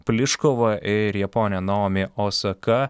pliškova ir japonė naomi osaka